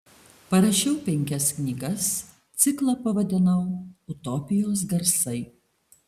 parašiau penkias knygas ciklą pavadinau utopijos garsai